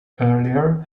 earlier